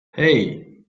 hey